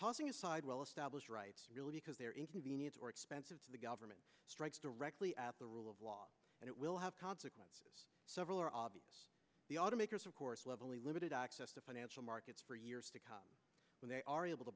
tossing aside well established rights realty because there inconvenience or expense of the government strikes directly at the rule of law and it will have consequences several are obvious the automakers of course levelly limited access to financial markets for years to come when they are able to